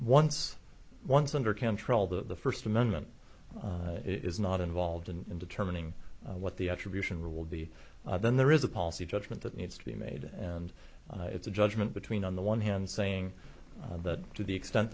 once once under control that the first amendment is not involved in determining what the attribution will be then there is a policy judgment that needs to be made and it's a judgment between on the one hand saying that to the extent